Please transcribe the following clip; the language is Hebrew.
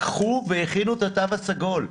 לקחו והכינו את התו הסגול,